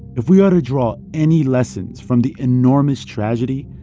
if we are to draw any lessons from the enormous tragedy,